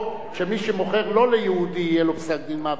שמי שמוכר לא ליהודי יהיה לו פסק-דין מוות.